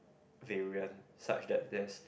durian such that this